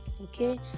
Okay